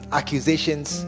accusations